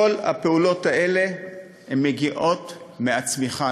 כל הפעולות האלה מגיעות מהצמיחה.